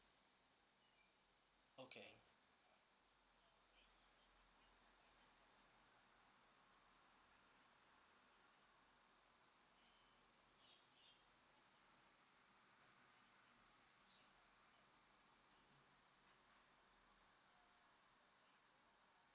okay